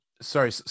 sorry